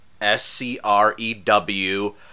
S-C-R-E-W